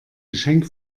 geschenk